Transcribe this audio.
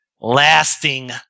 lasting